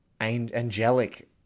angelic